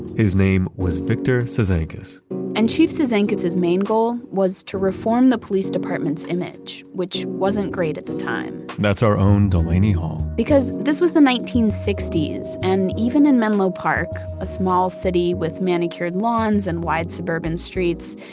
his name was victor cizanckas and chiefs cizanckas's main goal was to reform the police department's image, which wasn't great at the time that's our own delaney hall because this was the nineteen sixty s and even in menlo park, a small city with manicured lawns and wide suburban streets,